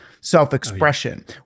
self-expression